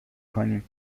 کنیم